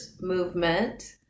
movement